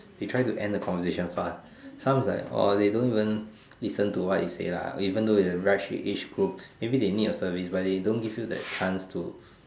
they try to end the conversation fast some is like or they don't even listen to what you say lah even though is the right age group maybe they need your service but they don't give you the chance to